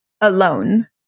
alone